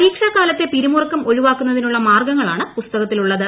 പരീക്ഷക്കാലത്തെ പിരിമുറുക്കം ഒഴിവാക്കുന്നതിനുള്ള മാർഗ്ഗുങ്ങളാണ് പുസ്തകത്തിലുള്ളത്